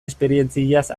esperientziaz